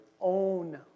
own